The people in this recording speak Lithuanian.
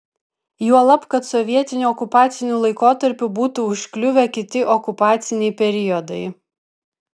juolab kad sovietiniu okupaciniu laikotarpiu būtų užkliuvę kiti okupaciniai periodai